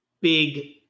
big